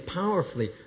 powerfully